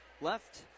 left